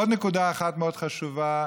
עוד נקודה אחת מאוד חשובה,